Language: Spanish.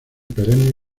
perennes